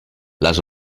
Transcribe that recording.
les